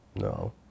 No